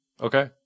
okay